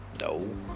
No